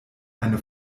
eine